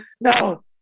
no